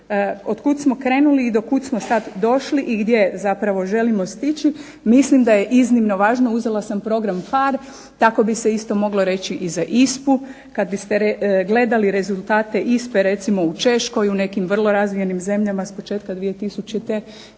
od kuda smo krenuli i do kuda smo sada došli i gdje zapravo želimo stići, mislim da je iznimno važno. Uzela sam program PHARE, tako bi se isto moglo reći i za ISPA-u. kada biste gledati rezultate ISPA-e recimo u Češkoj u nekim vrlo razvijenim zemljama s početkom 2000.,